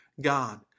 God